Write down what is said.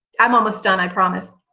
i'm almost done. i promise